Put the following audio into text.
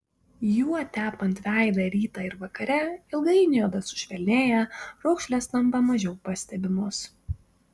juo tepant veidą rytą ir vakare ilgainiui oda sušvelnėja raukšlės tampa mažiau pastebimos